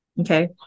Okay